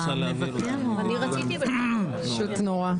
פשוט נורא.